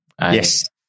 Yes